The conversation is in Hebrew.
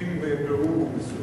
עסוקים בבירור מסוים,